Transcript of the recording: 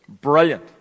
Brilliant